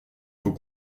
vos